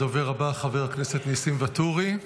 הדובר הבא, חבר הכנסת ניסים ואטורי,